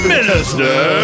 Minister